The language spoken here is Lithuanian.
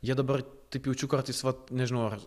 jie dabar taip jaučiu kartais vat nežinau ar